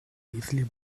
easily